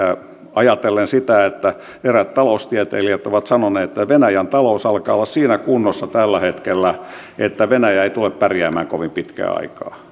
ajatellen sitä että eräät taloustieteilijät ovat sanoneet että venäjän talous alkaa olla siinä kunnossa tällä hetkellä että venäjä ei tule pärjäämään kovin pitkää aikaa